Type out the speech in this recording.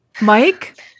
Mike